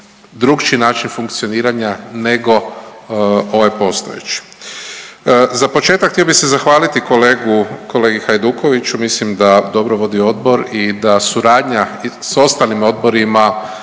drukčiji način funkcioniranja nego ovaj postojeći. Za početak htio bi se zahvaliti kolegi Hajdukoviću mislim da dobro vodi odbor i da suradnja s ostalim odborima